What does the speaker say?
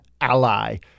ally